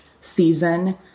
season